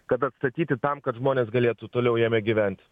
kad atstatyti tam kad žmonės galėtų toliau jame gyventi